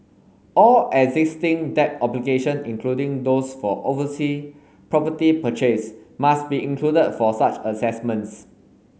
all existing debt obligation including those for oversea property purchase must be included for such assessments